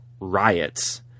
riots